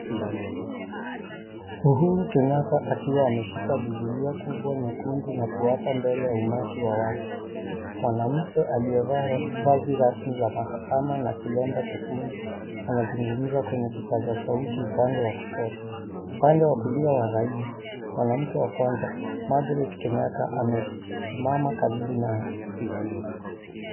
Uhuru Kenyatta akiwa ameshika bibilia kubwa nyekundu na kuapa mbele ya umati wa watu. Mwanamke aliyevaa vazi rasmi la mahakama na kilemba chekundu anazugumza kwenye kipaza sauti upande wa kushoto. Upande wa kulia wa rais mwanamke wa kwanza Margret Kenyatta amesimama karibu naye.